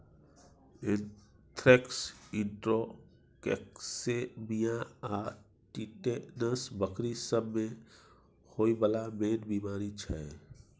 anthrax, enterotoxaemia आ tetanus बकरी सब मे होइ बला मेन बेमारी छै